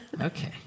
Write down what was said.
Okay